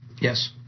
Yes